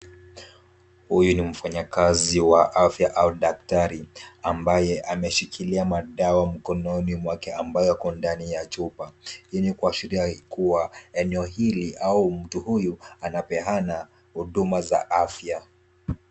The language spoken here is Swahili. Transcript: Huyu ni mfanyakazi wa afya au daktari ambaye ameshikilia madawa mkononi mwake ambayo iko ndani ya chupa. Hii ni kuashiria kuwa eneo hili au mtu huyu anapeana huduma za afya.